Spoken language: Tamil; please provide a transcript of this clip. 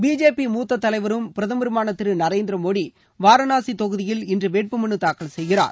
பிஜேபி மூத்த தலைவரும் பிரதமருமான திரு நரேந்திர மோடி வாரணாசி தொகுதியில் இன்று வேட்பு மனு தாக்கல் செய்கிறார்